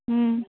ಹ್ಞೂ